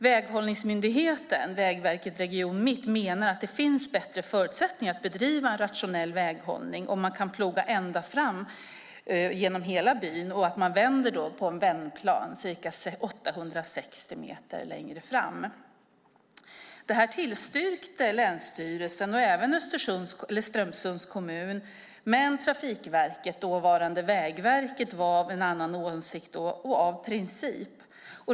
Väghållningsmyndigheten, Vägverket Region Mitt, menar att det finns bättre förutsättningar att bedriva en rationell väghållning om man kan ploga genom hela byn och då vända på en vändplan ca 860 meter längre fram. Det tillstyrkte länsstyrelsen och även Strömsunds kommun. Men Trafikverket, dåvarande Vägverket, var av en annan åsikt och princip.